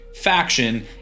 faction